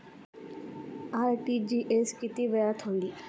RTGS किती वेळात होईल?